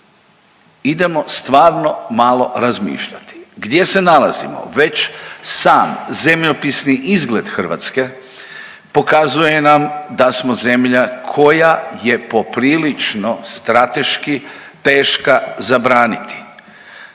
idemo stvarno malo razmišljati gdje se nalazimo već sam zemljopisni izgled Hrvatske pokazuje nam da smo zemlja koja je poprilično strateški teška za braniti.